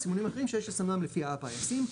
סימונים אחרים שיש לסמנם לפי האפ"א הישים,